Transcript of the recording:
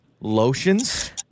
Lotions